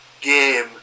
game